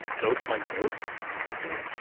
ghost my ghost i did